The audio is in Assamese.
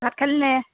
ভাত খালিনে